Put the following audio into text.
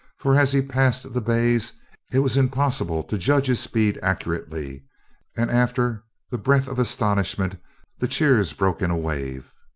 for as he passed the bays it was impossible to judge his speed accurately and after the breath of astonishment the cheers broke in a wave.